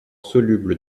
soluble